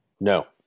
No